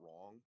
wrong